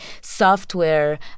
software